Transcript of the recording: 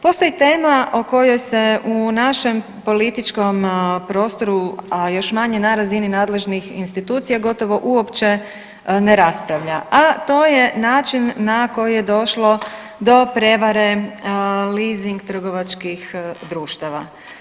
Postoji tema o kojoj se u našem političkom prostoru, a još manje na razini nadležnih institucija gotovo uopće ne raspravlja, a to je način na koji je došlo do prevare leasing trgovačkih društava.